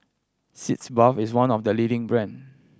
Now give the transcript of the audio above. Sitz Bath is one of the leading brand